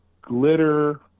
Glitter